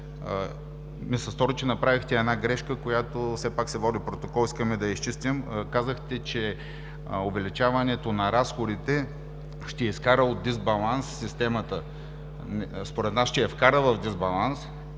ми се обаче, че направихте една грешка. Води се протокол, затова искаме да я изчистим. Казахте, че увеличаването на разходите ще изкара от дисбаланс системата. Според нас ще я вкара в дисбаланс,